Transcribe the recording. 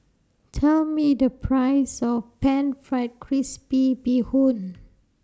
Tell Me The Price of Pan Fried Crispy Bee Hoon